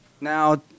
now